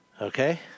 Okay